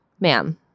Ma'am